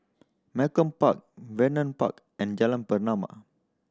Malcolm Park Vernon Park and Jalan Pernama